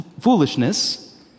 foolishness